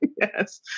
Yes